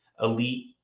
elite